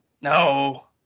No